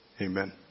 Amen